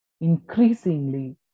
increasingly